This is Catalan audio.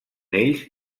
ells